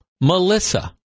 Melissa